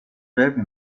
derby